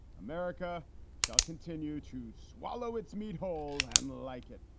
america shall continue to swallow its meat hole and like it.